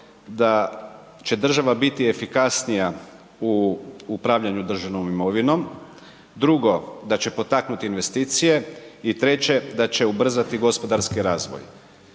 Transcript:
da će država biti efikasnija u upravljanju državnom imovinom, drugo da će potaknut investicije i treće da će ubrzati gospodarski razvoj.